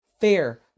fair